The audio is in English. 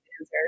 answer